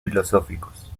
filosóficos